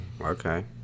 Okay